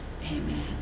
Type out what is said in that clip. amen